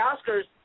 Oscars